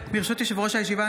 ברשות יושב-ראש הישיבה,